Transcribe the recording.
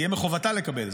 יהיה מחובתה לקבל,